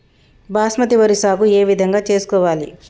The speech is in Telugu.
బాస్మతి వరి సాగు ఏ విధంగా చేసుకోవాలి?